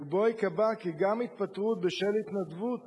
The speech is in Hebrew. ובו ייקבע כי גם התפטרות בשל התנדבות